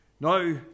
Now